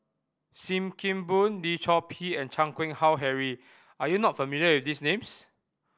Sim Kee Boon Lim Chor Pee and Chan Keng Howe Harry are you not familiar with these names